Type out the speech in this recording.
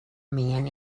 men